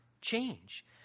change